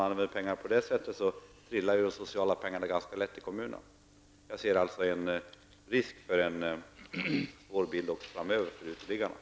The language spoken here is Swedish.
Använder man medlen på det sättet, ramlar kommunernas pengar för sociala ändamål i väg ganska fort. Jag ser alltså risken för en svår situation för uteliggarna också framöver.